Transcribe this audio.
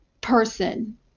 person